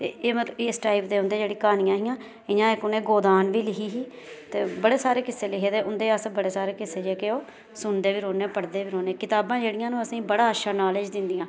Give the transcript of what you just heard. एह् मतलब इस टाइप दे उंदी जेहड क्हानी हियां इयां इक उनें गोदान बी लिखी ही बडे़ सारे किस्से लिखें ते उंदे च असे बडे़ सारे किस्से जेहडे़ जेहके ओह् सुनदे बी रौहन्ने आं पढ़दे बी रौहन्ने आं किताबां जेहडियां असेंगी बड़ा अच्छा नाॅलेज दिदंयां